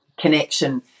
connection